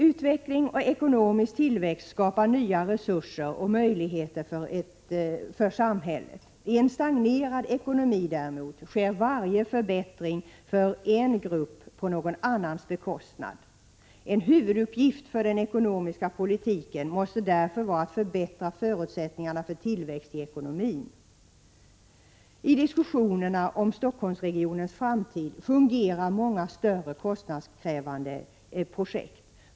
Utveckling och ekonomisk tillväxt skapar nya resurser och möjligheter för samhället. I en stagnerad ekonomi däremot sker varje förbättring för en grupp på någon annans bekostnad. En huvuduppgift för den ekonomiska politiken måste därför vara att förbättra förutsättningarna för tillväxt i ekonomin. I diskussionerna om Stockholmsregionens framtid figurerar många större och kostnadskrävande projekt.